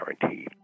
guaranteed